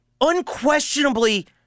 unquestionably